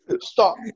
stop